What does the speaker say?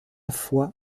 foi